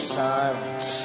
silence